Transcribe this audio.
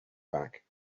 back